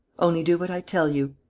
only, do what i tell you.